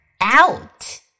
out